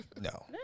No